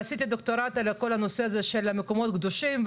ועשיתי דוקטורט על כל הנושא הזה של המקומות הקדושים,